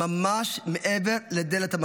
ממש מעבר לדלת הממ"ד.